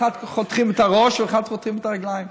לאחד חותכים את הראש ולאחד חותכים את הרגליים.